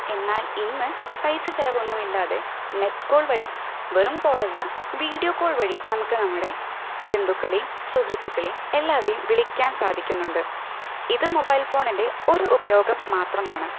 എന്നാൽ ഇന്ന് പൈസ ചിലവൊന്നുമില്ലാതെ നെറ്റ് കോൾ വഴി വെറും കോൾ അല്ല വീഡിയോ കോൾ വഴി നമുക്ക് നമ്മുടെ ബന്ധുക്കളെയും സുഹൃത്തുക്കളെയും എല്ലാവരെയും വിളിക്കാൻ സാധിക്കുന്നുണ്ട് ഇത് മൊബൈൽ ഫോണിന്റെ ഒരു ഉപയോഗം മാത്രമാണ്